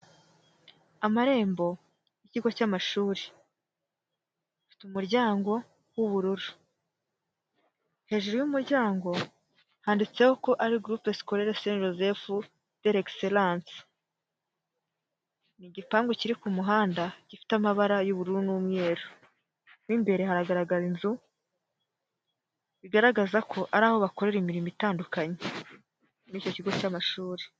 Amarembo y'ikigo cy'amashuri, gifite umuryango w'ubururu, hejuru y'umuryango handitse ko ari groupe scolaire st joseph d'exelance, ni igipangu kiri ku muhanda gifite amabara y'ubururu n'umweru, mo imbere hagaragara inzu bigaragaza ko ari aho bakorera imirimo itandukanye muri icyo kigo cy'amashuri.